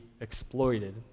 exploited